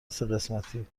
سهقسمتی